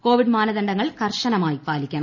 Covid മാനദണ്ഡ ങ്ങൾ കർശനമായി പാലിക്കണം